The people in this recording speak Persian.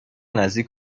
نزدیک